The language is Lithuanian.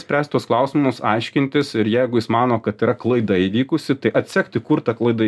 spręst tuos klausimus aiškintis ir jeigu jis mano kad yra klaida įvykusi tai atsekti kur ta klaida